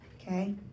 Okay